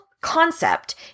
concept